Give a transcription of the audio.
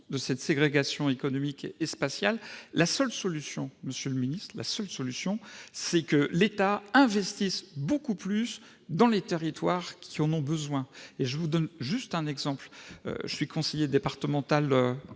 de cette ségrégation économique et spatiale, la seule solution, monsieur le ministre, c'est que l'État investisse beaucoup plus dans les territoires qui en ont besoin. Je donnerai un autre exemple. Je suis conseiller départemental